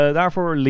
daarvoor